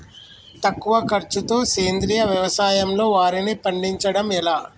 తక్కువ ఖర్చుతో సేంద్రీయ వ్యవసాయంలో వారిని పండించడం ఎలా?